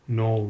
no